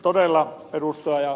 todella ed